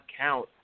count